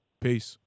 Peace